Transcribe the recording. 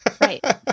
Right